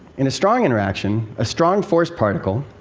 in a strong interaction, a strong force particle,